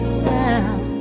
sound